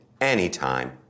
anytime